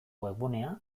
webgunea